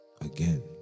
again